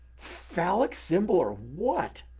phallic symbol or what?